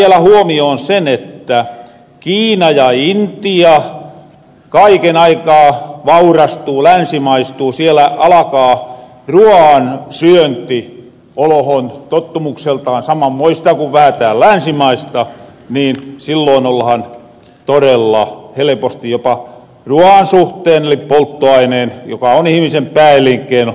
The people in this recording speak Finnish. ja jos ottaa vielä huomioon sen että kiina ja intia kaiken aikaa vaurastuu länsimaistuu siellä alakaa ruoan syönti olohon tottumukseltaan samanmoista ku vähän tääll länsimaissa niin silloin ollahan torella helposti jopa ruoan suhteen eli polttoaineen joka on ihmisen pääelinkeino katastrofin partaalla